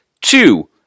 Two